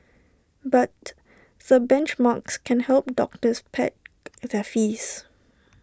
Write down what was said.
but the benchmarks can help doctors peg their fees